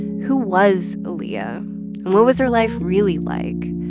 who was aaliyah? and what was her life really like?